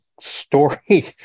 story